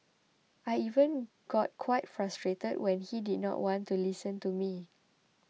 I even got quite frustrated when he did not want to listen to me